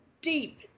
deep